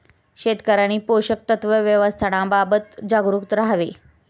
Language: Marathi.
शेतकऱ्यांनी पोषक तत्व व्यवस्थापनाबाबत जागरूक राहावे